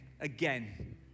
again